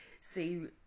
See